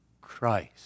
Christ